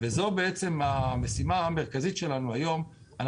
וזו המשימה המרכזית שלנו היום.